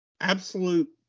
absolute